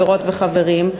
חברות וחברים,